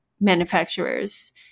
manufacturers